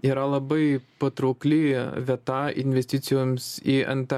yra labai patraukli vieta investicijoms į nt